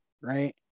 Right